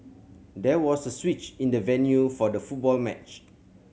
there was a switch in the venue for the football match